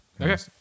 Okay